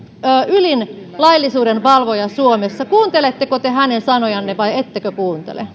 ylin laillisuuden valvoja suomessa kuunteletteko te hänen sanojaan vai ettekö kuuntele